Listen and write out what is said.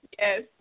yes